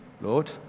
Lord